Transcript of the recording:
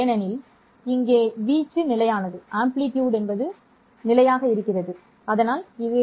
ஏனெனில் இங்கே வீச்சு நிலையானது சரியானது